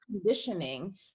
conditioning